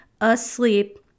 asleep